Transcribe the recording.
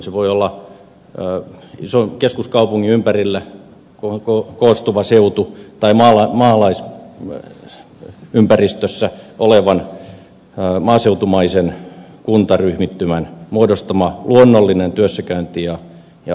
se voi olla ison keskuskaupungin ympärille koostuva seutu tai maalaisympäristössä olevan maaseutumaisen kuntaryhmittymän muodostama luonnollinen työssäkäynti ja asiointialue